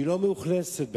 והיא לא מאוכלסת במכוניות,